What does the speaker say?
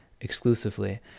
exclusively